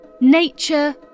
Nature